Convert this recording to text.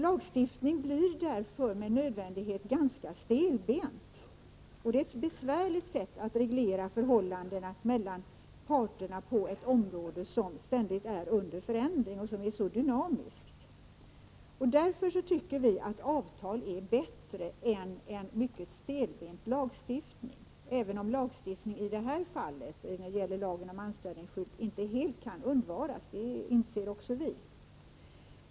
Lagstiftning blir med nödvändighet ganska stelbent och ett besvärligt sätt att reglera förhållandena mellan parterna på ett område som ständigt är under förändring och som är så dynamiskt. Därför tycker vi att avtal är bättre än en mycket stelbent lagstiftning, men även vi inser att lagstiftning om anställningsskydd inte helt kan undvaras.